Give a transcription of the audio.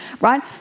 right